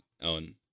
own